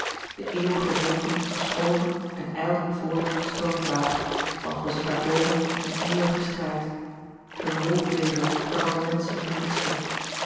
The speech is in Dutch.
de eeuwige wolken verschoven en ijlden voort op den stormvlaag als was het daarboven een eeuwige strijd een wolkleven waarvan de menschen niet wisten